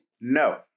No